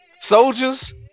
soldiers